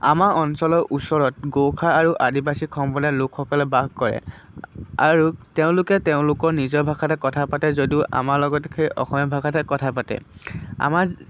আমাৰ অঞ্চলৰ ওচৰত গোৰ্খা আৰু আদিবাসী সম্প্ৰদায়ৰ লোকসকলে বাস কৰে আৰু তেওঁলোকে তেওঁলোকৰ নিজৰ ভাষাতে কথা পাতে যদিও আমাৰ লগত সেই অসমীয়া ভাষাতে কথা পাতে আমাৰ